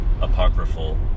apocryphal